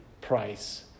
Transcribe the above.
price